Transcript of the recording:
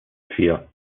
vier